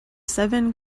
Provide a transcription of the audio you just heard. seven